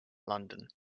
london